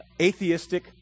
atheistic